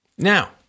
Now